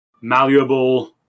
malleable